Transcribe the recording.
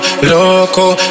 loco